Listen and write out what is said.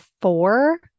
four